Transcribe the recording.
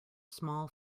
small